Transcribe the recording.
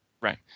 right